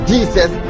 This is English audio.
Jesus